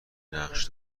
نقش